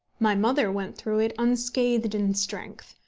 my mother went through it unscathed in strength,